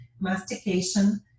mastication